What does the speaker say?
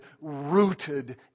rooted